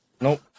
Nope